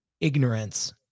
ignorance